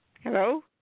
Hello